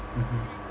mmhmm